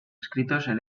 escritos